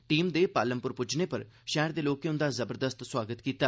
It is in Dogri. टीम दे पालमपुर पुज्जने पर शैहर दे लोकें उंदा जबरदस्त सोआगत कीता